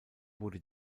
wurde